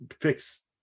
fix